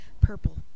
purple